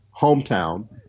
hometown